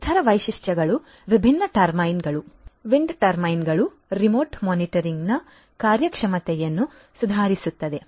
ಇತರ ವೈಶಿಷ್ಟ್ಯಗಳು ವಿಭಿನ್ನ ಟರ್ಬೈನ್ಗಳು ವಿಂಡ್ ಟರ್ಬೈನ್ಗಳು ರಿಮೋಟ್ ಮಾನಿಟರಿಂಗ್ನ ಕಾರ್ಯಕ್ಷಮತೆಯನ್ನು ಸುಧಾರಿಸುತ್ತದೆ